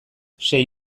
sei